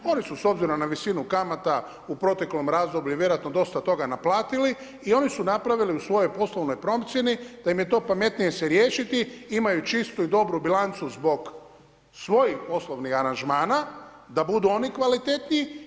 Oni su s obzirom na visinu kamata u proteklom razdoblju i vjerojatno dosta toga naplatili i oni su napravili u svojoj poslovnoj procjeni da im je to pametnije se riješiti, imaju čistu i dobru bilancu zbog svojih poslovnih aranžmana, da budu oni kvalitetniji.